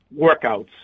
workouts